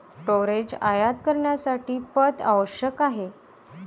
storage आयात करण्यासाठी पथ आवश्यक आहे